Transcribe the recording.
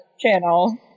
channel